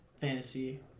fantasy